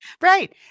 Right